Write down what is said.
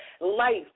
life